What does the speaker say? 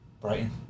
Brighton